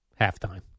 Halftime